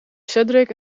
cedric